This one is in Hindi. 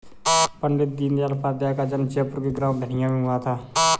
पण्डित दीनदयाल उपाध्याय का जन्म जयपुर के ग्राम धनिया में हुआ था